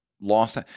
lost